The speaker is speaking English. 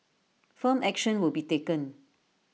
firm action will be taken